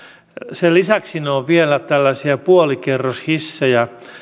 sen lisäksi ne ovat vielä tällaisia puolikerroshissejä